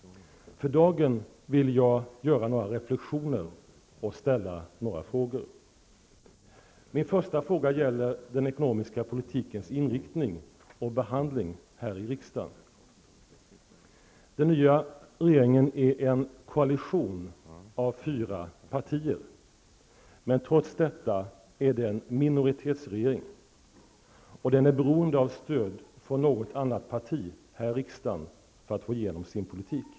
För dagen vill jag göra några reflexioner och ställa några frågor. Min första fråga gäller den ekonomiska politikens inriktning och behandling här i riksdagen. Den nya regeringen är en koalition av fyra partier. Men trots detta är det en minoritetsregering. Den är beroende av stöd från något annat parti här i riksdagen för att få igenom sin politik.